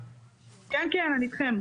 כן, כן, אני אתכם.